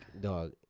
dog